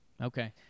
Okay